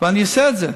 ואני אעשה את זה,